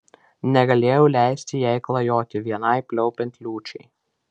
negalėjau leisti jai klajoti vienai pliaupiant liūčiai